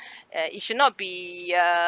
uh it should not be uh